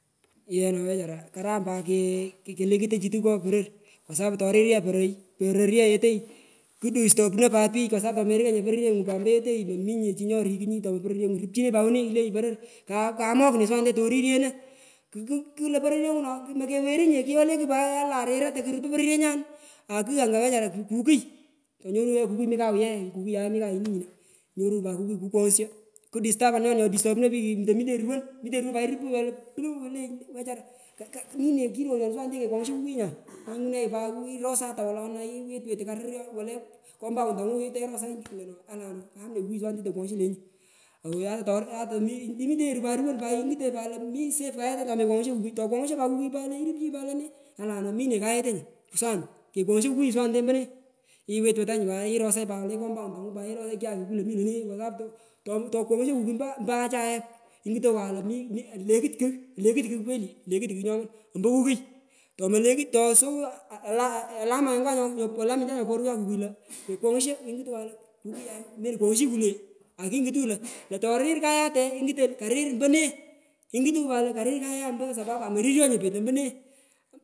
Yee no wechara karam pat kelekuto chitu ngo poror kwa sapu torir ye poror ye yeteyi kudistopunei pat pich kwa sapu tomerika nyinye porory engu pat mpo yete mominye chii nyongorokunyi tomopororgengu hupchinenyi poror kamok ne aswanete torikyeno ku kulo pororyengu no ouch mokeweru nye kuyo le kugh pat aa olan rira tokurupu pororyengani akung anya ye kukuy rakugh anga ye kukuy mi kaw ye kukuyaghe mi kayini nyino nyorunyi pat kukuy kukoghsho, kudistabunenunyi, distopunoi pich tominyi. Ruwon mutenyi ruwon pat ingetungi lo pwuu ilenyi wechara kotokumine kiroryoni kekwoghsho kukuyu aswanu kek kekwogho kukuyu nya iwit irosata wolona iwitwit wolu le compound tongu terosanyi lo no alono kamne kukuyu aswanete tokukwonsho lenyu oi ata imitenyi ingutonyi pat lo misave kayetenyu tomekwoghsho kukuyu tokwoghsho pat kukuyu kukuyu lenyini lente olano mine kayete aswa nu kekwongsho kukuyu aswane ompne twit witanyi pat irusanyi pat wolu le kompauntonga pat irosanyi kyakiku lo mi lone alapu tokupoghsho kukugu mpo mpoachaye lingutonyi pat lo mi ukut ukut kung kweli nyo ombokukuy toma tosowa ala alamengwa alamengwa nyoporiwekwa kukuy to kekwoghsho ngutonyi pat lo kukuyay melokwaghshiyi kule akingutanyi lo torir kayate nguto karir kayay mpo sapopi amariryo nye pet ambone.